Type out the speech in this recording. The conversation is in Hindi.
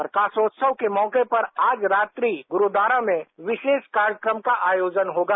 प्रकाशोत्सव के मौके पर आज रात्रि गुरूद्वारा में विशेष कार्यक्रम का आयोजन होगा